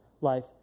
life